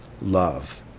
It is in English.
love